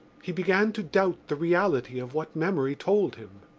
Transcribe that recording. he began to doubt the reality of what memory told him.